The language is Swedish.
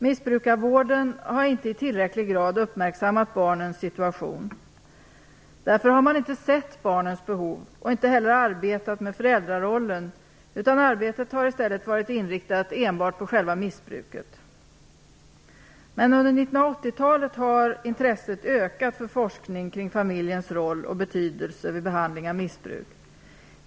Missbrukarvården har inte i tillräcklig grad uppmärksammat barnens situation. Därför har man inte sett barnens behov och inte heller arbetat med föräldrarollen, utan arbetet har i stället varit inriktat enbart på själva missbruket. Men under 1980-talet har intresset ökat för forskning kring familjens roll och betydelse vid behandling av missbruk.